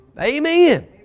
Amen